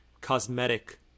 cosmetic